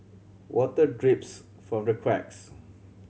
water drips from the cracks